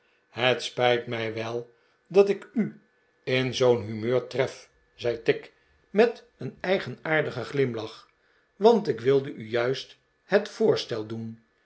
het spijt mij wel dat ik u in zoo'n humeur tref zei tigg met een eigenaardigen glimlach want ik wilde u juist het voorstel doen